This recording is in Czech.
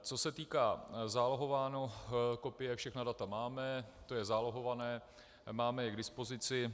Co se týká, zálohování, kopie, všechna data máme, to je zálohované, máme je k dispozici.